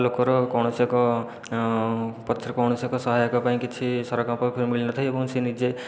ଲୋକର କୌଣସି ଏକ ପଛରେ କୌଣସି ଏକ ସହାୟକ ପାଇଁ କିଛି ସରକାରଙ୍କ ପକ୍ଷରୁ ମିଳିନଥାଏ ଏବଂ ସେ ନିଜେ